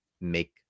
make